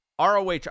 ROH